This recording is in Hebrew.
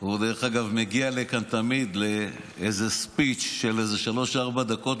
הוא מגיע לכאן תמיד לאיזה speech של איזה שלוש-ארבע דקות,